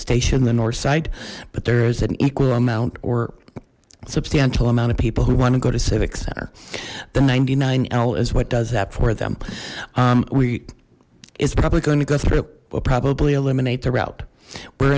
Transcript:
station the north side but there is an equal amount or substantial amount of people who want to go to civic center the ninety nine l is what does that for them we is probably going to go through will probably eliminate the route we're